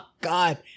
God